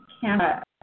camera